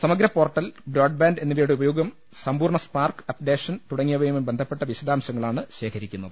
സമഗ്രപോർട്ടൽ broadband എന്നിവയുടെ ഉപയോഗം സമ്പൂർണ്ണ സ്പാർക്ക് അപ്ഡേ ഷൻ തുടങ്ങിയവയുമായി ബന്ധപ്പെട്ട വിശദാംശങ്ങളാണ് ശേഖരിക്കുന്നത്